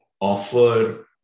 offer